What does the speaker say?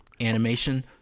animation